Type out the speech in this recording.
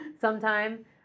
sometime